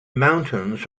mountains